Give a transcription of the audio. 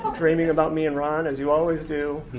um dreaming about me and ron, as you always do.